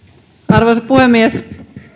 arvoisa puhemies